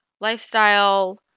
lifestyle